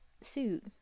suit